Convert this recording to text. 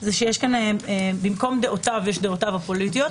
זה שבמקום "דעותיו" יש "דעותיו הפוליטיות",